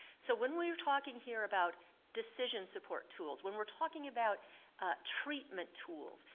so when we're talking here about decision support tools, when we're talking about treatment tools,